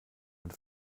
mit